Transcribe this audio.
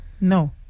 No